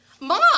Mom